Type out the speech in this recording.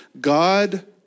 God